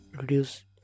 reduce